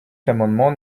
l’amendement